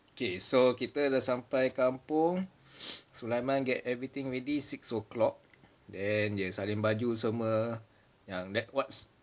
okay so kita dah sampai kampung sulaiman get everything ready six o'clock then salin baju semua